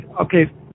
okay